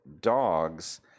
dogs